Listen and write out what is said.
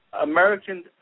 American